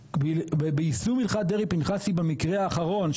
וביישום הלכת דרעי פנחסי במקרה האחרון,